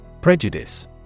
Prejudice